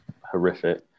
horrific